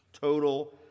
Total